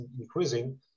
increasing